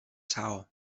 saó